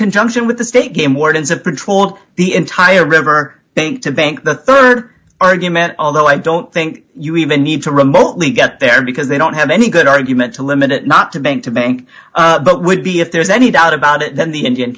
conjunction with the state game wardens of patrol the entire river bank to bank the rd argument although i don't think you even need to remotely get there because they don't have any good argument to limit it not to bank to bank but would be if there's any doubt about it then the indian